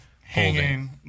hanging